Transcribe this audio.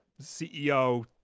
CEO